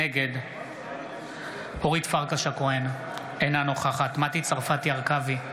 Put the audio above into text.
נגד אורית פרקש הכהן, אינה נוכחת מטי צרפתי הרכבי,